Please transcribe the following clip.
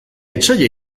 etsaia